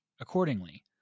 accordingly